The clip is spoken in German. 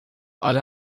alle